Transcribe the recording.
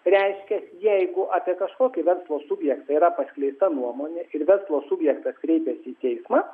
reiškias jeigu apie kažkokį verslo subjektą yra paskleista nuomonė ir verslo subjektas kreipėsi į teismą